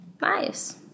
nice